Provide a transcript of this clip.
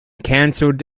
canceled